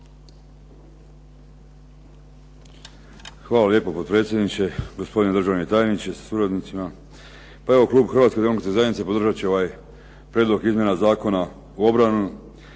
Hvala lijepo potpredsjedniče, gospodine državni tajniče sa suradnicima. Pa evo, klub Hrvatske demokratske zajednice podržat će ovaj prijedlog izmjena Zakona o obrani